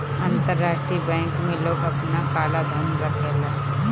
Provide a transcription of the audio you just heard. अंतरराष्ट्रीय बैंक में लोग आपन काला धन रखेला